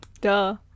Duh